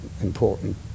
important